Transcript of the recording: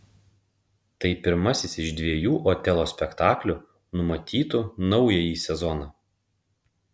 tai pirmasis iš dviejų otelo spektaklių numatytų naująjį sezoną